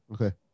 okay